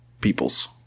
peoples